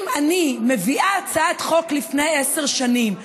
אם אני מביאה הצעת חוק לפני עשר שנים,